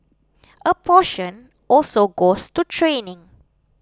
a portion also goes to training